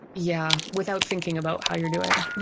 yeah, without thinking about how you're doing.